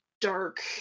dark